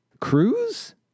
Cruise